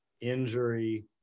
injury